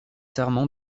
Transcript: serment